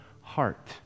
heart